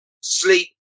sleep